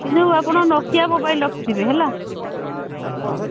କିନ୍ତୁ ଆପଣ Nokia mobile ରଖିଥିବେ ହେଲା ହଉ